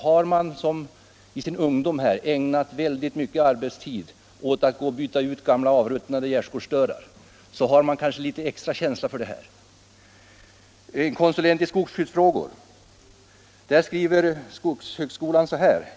Har man i sin ungdom ägnat mycken arbetstid åt att gå och byta ut gamla avruttnade gärdsgårdsstörar, har man kanske litet extra känsla för den här forskningen.